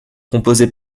composées